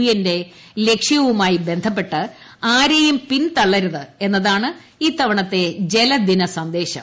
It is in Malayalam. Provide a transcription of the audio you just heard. എൻ ന്റെ ലക്ഷ്യവുമായി ബന്ധപ്പെട്ട് ആരേയും പിന്തള്ളരുത് എന്നതാണ് ഇത്തവണത്തെ ജലദിന സന്ദേശം